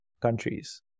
countries